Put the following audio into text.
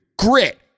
Grit